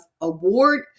award